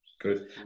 good